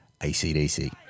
acdc